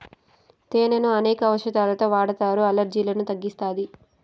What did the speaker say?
తేనెను అనేక ఔషదాలలో వాడతారు, అలర్జీలను తగ్గిస్తాది